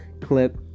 clip